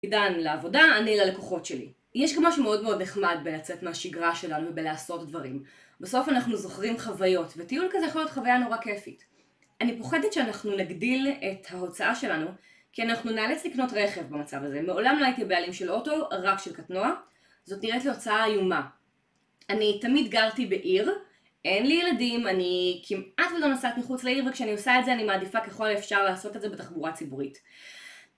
עידן לעבודה, אני ללקוחות שלי. יש גם משהו מאוד מאוד נחמד בלצאת מהשגרה שלנו, בלעשות דברים. בסוף אנחנו זוכרים חוויות, וטיול כזה יכול להיות חוויה נורא כיפית. אני פוחדת שאנחנו נגדיל את ההוצאה שלנו, כי אנחנו נאלץ לקנות רכב במצב הזה. מעולם לא הייתי בעלים של אוטו, רק של קטנוע. זאת נראית לי הוצאה איומה. אני תמיד גרתי בעיר, אין לי ילדים, אני כמעט ולא נוסעת מחוץ לעיר, וכשאני עושה את זה אני מעדיפה ככל אפשר לעשות את זה בתחבורה ציבורית.